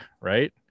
Right